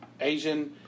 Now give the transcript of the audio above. Asian